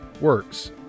works